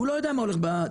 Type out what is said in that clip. הוא לא יודע מה הולך בדרך.